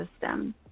system